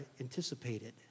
anticipated